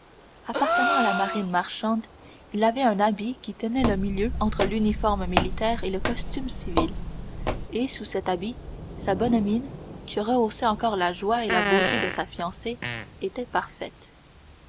appartenant à la marine marchande il avait un habit qui tenait le milieu entre l'uniforme militaire et le costume civil et sous cet habit sa bonne mine que rehaussaient encore la joie et la beauté de sa fiancée était parfaite